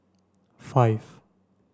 five